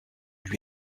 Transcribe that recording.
lui